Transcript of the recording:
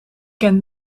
kent